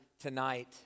tonight